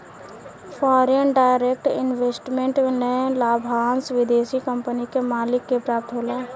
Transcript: foreign direct investment में लाभांस विदेशी कंपनी के मालिक के प्राप्त होला